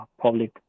public